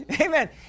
Amen